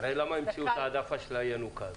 הרי למה המציאו את העדפה של הינוקא הזאת?